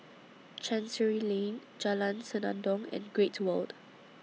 Chancery Lane Jalan Senandong and Great World